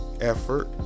effort